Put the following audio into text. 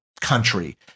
country